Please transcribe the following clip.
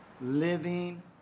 living